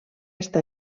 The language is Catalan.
està